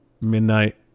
midnight